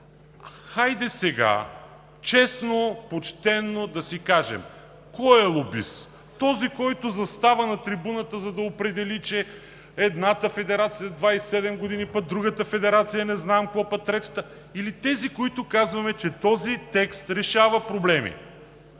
Хайде сега честно, почтено да си кажем кой е лобист – този, който застава на трибуната, за да определи, че едната федерация 27 години, а пък другата федерация не знам какво, пък третата – или тези, които казваме, че този текст решава проблеми?!